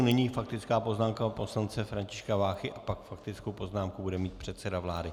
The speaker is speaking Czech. Nyní faktická poznámka pana poslance Františka Váchy a pak faktickou poznámku bude mít předseda vlády.